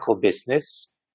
business